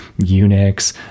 Unix